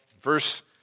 verse